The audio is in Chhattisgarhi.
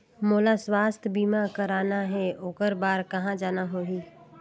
मोला स्वास्थ बीमा कराना हे ओकर बार कहा जाना होही?